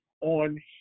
on